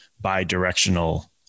bi-directional